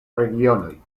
regionoj